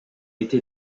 était